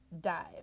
dive